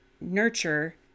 nurture